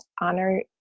Honor